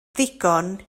ddigon